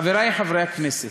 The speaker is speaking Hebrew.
חברי חברי הכנסת,